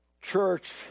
church